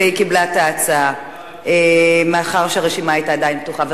והיא קיבלה את ההצעה מאחר שהרשימה היתה עדיין פתוחה.